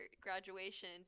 graduation